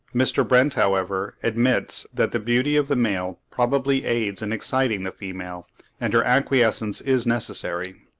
mr. brent, however, admits that the beauty of the male probably aids in exciting the female and her acquiescence is necessary.